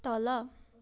तल